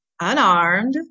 unarmed